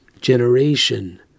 generation